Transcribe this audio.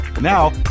Now